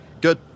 Good